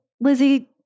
Lizzie